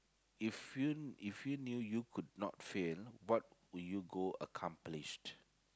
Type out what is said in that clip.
if you if you knew you could not fail what would you go accomplished